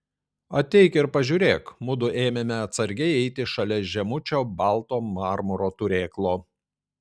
ateik ir pažiūrėk mudu ėmėme atsargiai eiti šalia žemučio balto marmuro turėklo